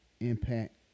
impact